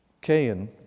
Cain